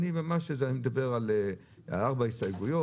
אני מדבר על ארבע הסתייגויות.